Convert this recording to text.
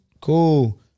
cool